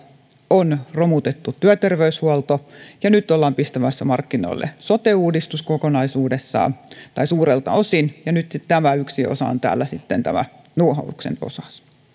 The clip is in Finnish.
on romutettu työterveyshuolto ja nyt ollaan pistämässä markkinoille sote uudistus kokonaisuudessaan tai suurelta osin ja nyt sitten yksi osa täällä on tämä nuohouksen osa